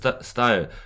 style